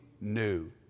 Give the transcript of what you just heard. new